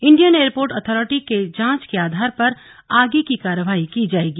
Indian airport authority की जांच के आधार पर आगे की कार्रवाई की जाएगी